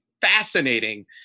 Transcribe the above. fascinating